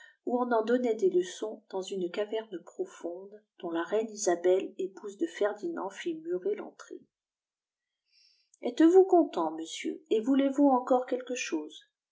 où on en donnait des leçons dans une caverne profonde dont la reine isabelle épouse de ferdinand fit murer l'entrée êtes-vous content monsieur et voulez-vous encore quelque chose